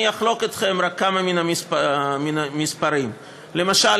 אני אחלוק אתכם רק כמה מן המספרים: למשל,